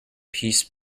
peace